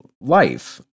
life